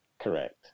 Correct